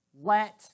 Let